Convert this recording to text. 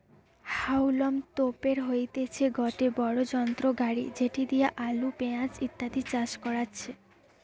হাউলম তোপের হইতেছে গটে বড়ো যন্ত্র গাড়ি যেটি দিয়া আলু, পেঁয়াজ ইত্যাদি চাষ করাচ্ছে